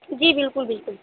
जी बिल्कुल बिल्कुल